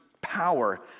power